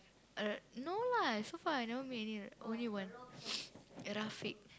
uh no lah so far I never meet any only one Rafiq